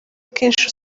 akenshi